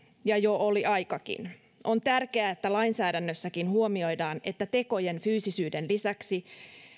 ja jo oli aikakin on tärkeää että lainsäädännössäkin huomioidaan että tekojen fyysisyyden lisäksi